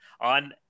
on